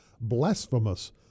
blasphemous